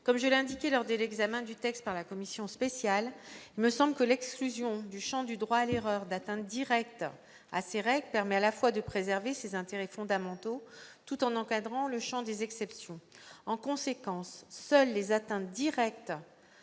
Comme je l'ai indiqué lors de l'examen du texte par la commission spéciale, il me semble que l'exclusion du champ du droit à l'erreur d'atteintes directes à ces règles permet à la fois de préserver ces intérêts fondamentaux tout en encadrant le champ des exceptions. En conséquence, seules les atteintes directes